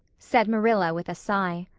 said marilla, with a sigh.